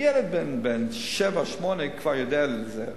ילד בן שבע-שמונה כבר יודע על זה,